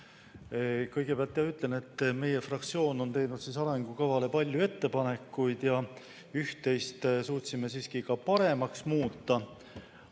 Kõigepealt ütlen, et meie fraktsioon on teinud arengukava kohta palju ettepanekuid. Üht-teist suutsime siiski ka paremaks muuta,